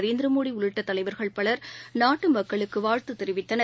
நரேந்திரமோடிஉள்ளிட்டதலைவர்கள் பலர் நாட்டுமக்களுக்குவாழ்த்துத் தெரிவித்தனர்